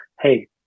hey